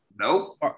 Nope